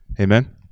Amen